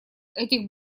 этих